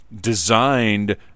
designed